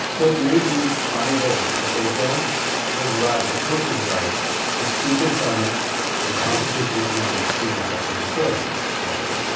those may be fine goals, but they don't override the coach's right to seek employment in competition among the schools that would employ him or her.